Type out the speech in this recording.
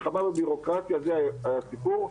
זה עלה בצורה מובהקת כשהבנקים החלו לסגור סניפים,